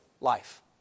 life